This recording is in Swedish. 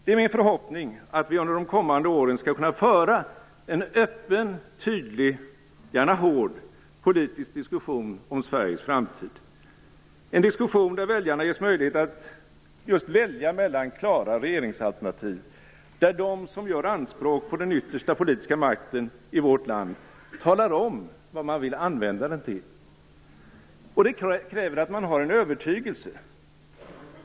Det är min förhoppning att vi under de kommande åren skall kunna föra en öppen, tydlig - och gärna hård - politisk diskussion om Sveriges framtid, en diskussion där väljarna ges möjlighet att välja mellan klara regeringsalternativ, där de som gör anspråk på den yttersta politiska makten i vårt land talar om vad man vill använda den till. Det kräver att man har en övertygelse.